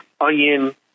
onion